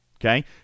okay